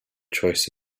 choice